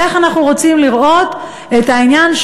איך אנחנו רוצים לראות את העניין,